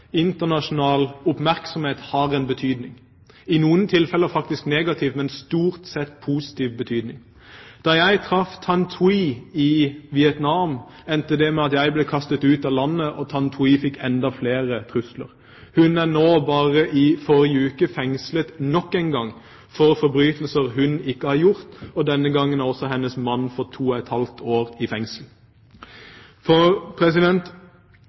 internasjonal oppmerksomhet har en betydning, i noen tilfeller faktisk negativ, men stort sett positiv. Da jeg traff Thanh Thuy i Vietnam, endte det med at jeg ble kastet ut av landet, og Thanh Thuy fikk enda flere trusler. Hun ble i forrige uke fengslet nok en gang, for forbrytelser hun ikke har begått, og denne gangen har også hennes mann fått to og et halvt år i